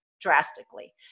drastically